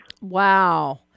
Wow